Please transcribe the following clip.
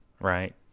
right